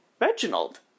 Reginald